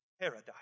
paradise